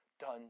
done